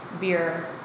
beer